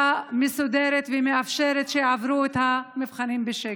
מסודרת שמאפשרת שיעברו את המבחנים בשקט.